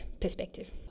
perspective